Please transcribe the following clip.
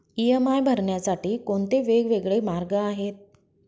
EMI भरण्यासाठी कोणते वेगवेगळे मार्ग आहेत?